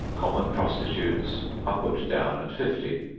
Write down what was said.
common prostitutes are put down at fifty.